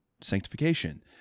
sanctification